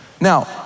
Now